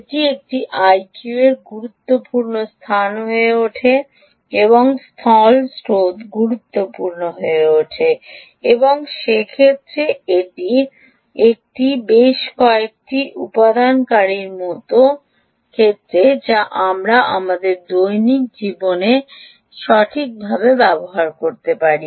এই যেখানে আইকিউ গুরুত্বপূর্ণ হয়ে ওঠে স্থল স্রোত গুরুত্বপূর্ণ হয়ে ওঠে এটি বেশ কয়েকটি ক্ষেত্রে সত্য যা আমরা আমাদের দৈনন্দিন জীবনে সঠিকভাবে করতে পারি